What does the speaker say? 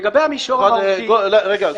לגבי המישור המהותי --- רגע,